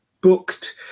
booked